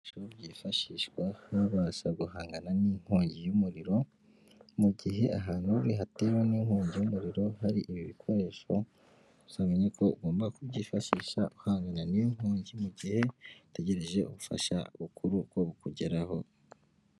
Ibyifashishwa babasha guhangana n'inkongi y'umuriro mu gihe ahantu ni hatewe n'inkongi y'umuriro hari ibi bikoresho, uzamenya ko ugomba kubyifashisha uhangana n'iyo nkongi mu gihe utegereje ubufasha bukuru bwo kukugeraho.